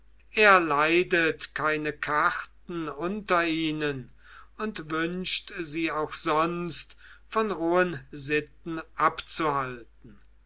er leidet keine karten unter ihnen und wünscht sie auch sonst von rohen sitten abzuhalten